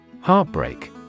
Heartbreak